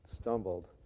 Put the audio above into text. stumbled